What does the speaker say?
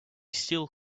still